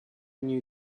new